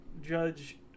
judge